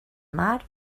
mar